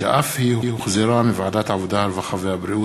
ותחזור לוועדת הפנים והגנת הסביבה.